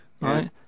right